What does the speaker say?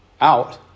out